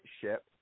ship